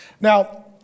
Now